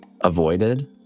avoided